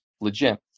legit